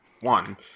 One